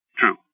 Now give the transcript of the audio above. True